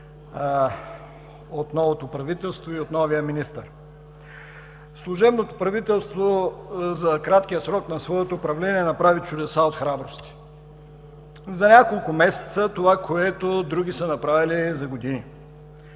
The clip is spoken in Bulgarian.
от новото правителство и от новия министър? Служебното правителство за краткия срок на своето управление направи чудеса от храбрости, за няколко месеца направи това, което други са направили за години